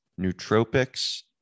nootropics